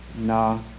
No